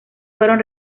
fueron